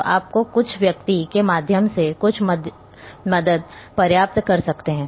तो आप कुछ व्यक्ति के माध्यम से कुछ मदद पर्याप्त कर सकते हैं